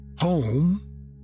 home